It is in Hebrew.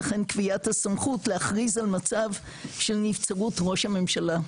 וכן קביעת הסמכות להכריז על מצב של נבצרות ראש הממשלה.